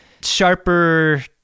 sharper